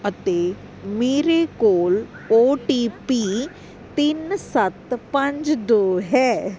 ਅਤੇ ਮੇਰੇ ਕੋਲ ਓ ਟੀ ਪੀ ਤਿੰਨ ਸੱਤ ਪੰਜ ਦੋ ਹੈ